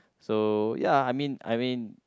so ya I mean I mean